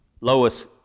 Lois